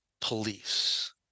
police